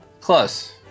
Close